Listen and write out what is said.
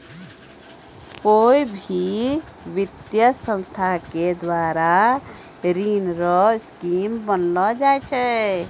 कोय भी वित्तीय संस्था के द्वारा ऋण रो स्कीम बनैलो जाय छै